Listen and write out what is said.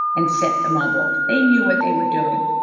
and set the mob off. they knew what they were doing,